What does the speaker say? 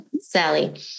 Sally